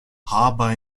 harbour